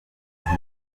und